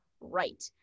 right